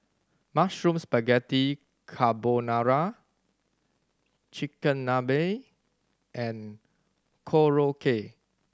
Mushroom Spaghetti Carbonara Chigenabe and Korokke